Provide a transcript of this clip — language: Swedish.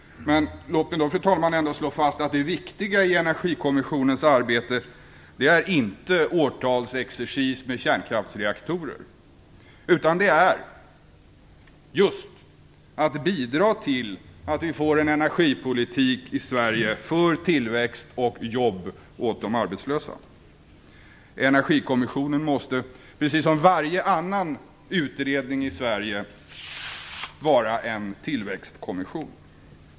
Men låt mig ändå, fru talman, slå fast att det viktiga i Energikommissionens arbete inte är årtalsexercis med kärnkraftsreaktorer, utan det är just att bidra till att vi får en energipolitik i Sverige för tillväxt och jobb åt de arbetslösa. Energikommissionen måste, precis som varje annan utredning i Sverige, vara en tillväxtkommission.